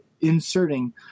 inserting